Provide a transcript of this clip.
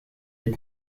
est